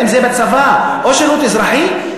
אם זה בצבא או שירות אזרחי?